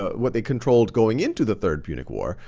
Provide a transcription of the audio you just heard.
what they controlled going into the third punic war,